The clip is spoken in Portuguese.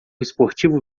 esportivo